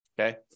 okay